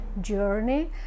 journey